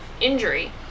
injury